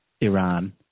Iran